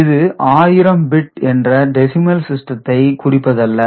இது 1000 பிட் என்ற டெசிமல் சிஸ்டத்தை குறிப்பதல்ல